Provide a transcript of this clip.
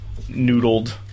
Noodled